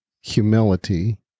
humility